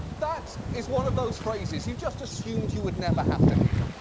that is one of those phrases you just assumed you would never have to hear.